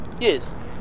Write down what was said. yes